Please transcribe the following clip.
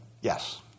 Yes